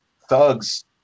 thugs